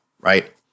right